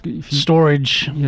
Storage